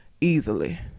easily